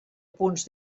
punts